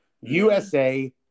USA